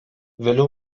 vėliau